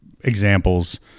examples